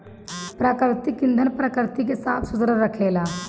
प्राकृतिक ईंधन प्रकृति के साफ सुथरा रखेला